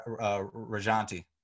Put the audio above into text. Rajanti